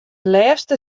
lêste